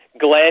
Glenn